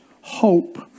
hope